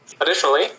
Additionally